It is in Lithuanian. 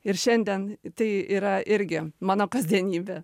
ir šiandien tai yra irgi mano kasdienybė